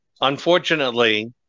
Unfortunately